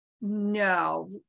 No